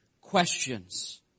questions